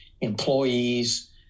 employees